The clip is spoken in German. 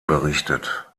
berichtet